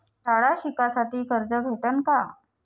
शाळा शिकासाठी कर्ज भेटन का?